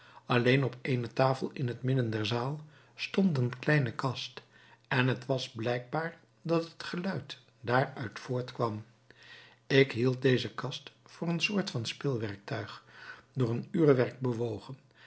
alleen op eene tafel in het midden der zaal stond een kleine kast en het was blijkbaar dat het geluid daaruit voortkwam ik hield deze kast voor een soort van speelwerktuig door een uurwerk bewogen